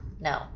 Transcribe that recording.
no